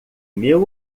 meu